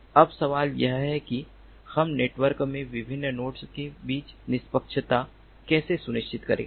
अब सवाल यह है कि हम नेटवर्क में विभिन्न नोड्स के बीच निष्पक्षता कैसे सुनिश्चित करेंगे